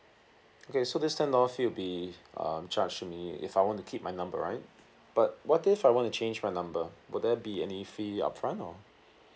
okay so this ten dollar fee will be um charged to me if I want to keep my number right but what if I want to change my number would there be any fee upfront or